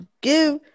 give